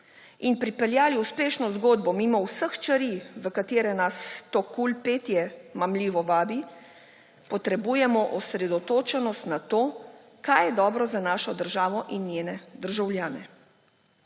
bi pripeljali uspešno zgodbo mimo vseh čeri, v katere nas to kul petje mamljivo vabi, potrebujemo osredotočenost na to, kaj je dobro za našo državo in njene državljane.